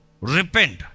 repent